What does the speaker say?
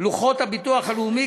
לוחות הביטוח הלאומי,